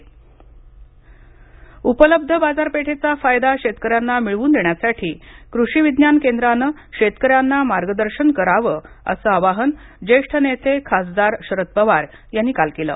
शरद पवार उपलब्ध बाजारपेठेचा फायदा शेतकऱ्यांना मिळवून देण्यासाठी कृषी विज्ञान केंद्राने शेतकऱ्यांना मार्गदर्शन करावं असं आवाहन ज्येष्ठ नेते खासदार शरद पवार यांनी काल केलं